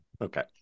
okay